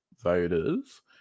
voters